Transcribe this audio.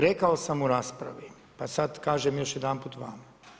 Rekao sam u raspravi pa sad kažem još jedanput vama.